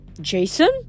Jason